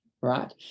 right